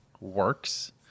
works